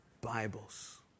Bibles